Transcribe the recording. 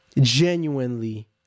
genuinely